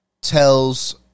tells